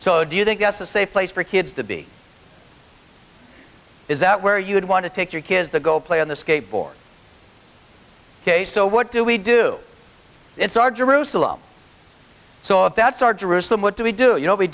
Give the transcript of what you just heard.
so do you think that's a safe place for kids to be is that where you would want to take your kids to go play on the skateboard ok so what do we do it's our jerusalem so if that's our jerusalem what do we do